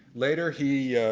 later he